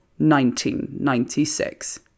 1996